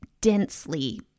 densely